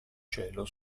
cielo